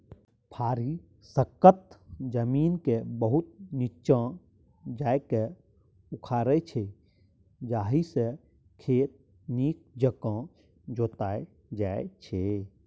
फारी सक्खत जमीनकेँ बहुत नीच्चाँ जाकए उखारै छै जाहिसँ खेत नीक जकाँ जोताएल जाइ छै